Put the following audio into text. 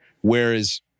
Whereas